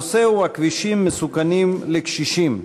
הנושא הוא: הכבישים מסוכנים לקשישים.